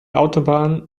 autobahn